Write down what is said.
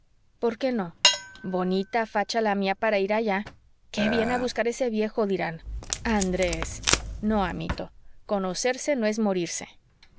por qué no bonita facha la mía para ir allá qué viene a buscar ese viejo dirán andrés no amito conocerse no es morirse